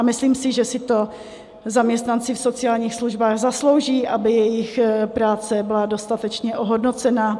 Myslím si, že si to zaměstnanci v sociálních službách zaslouží, aby jejich práce byla dostatečně ohodnocena.